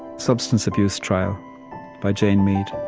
substance abuse trial by jane mead